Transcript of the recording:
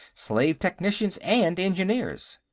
slave technicians and engineers.